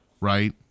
right